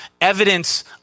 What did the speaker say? evidence